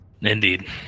Indeed